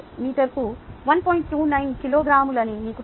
29 కిలోగ్రాములని మీకు తెలుసు